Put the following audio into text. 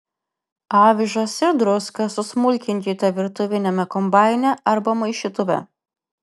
avižas ir druską susmulkinkite virtuviniame kombaine arba maišytuve